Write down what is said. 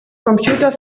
computer